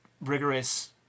rigorous